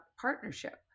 partnership